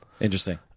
Interesting